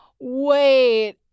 Wait